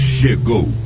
chegou